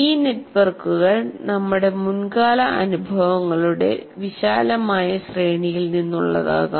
ഈ നെറ്റ്വർക്കുകൾ നമ്മുടെ മുൻകാല അനുഭവങ്ങളുടെ വിശാലമായ ശ്രേണിയിൽ നിന്നുള്ളതാകാം